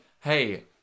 hey